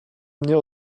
mnie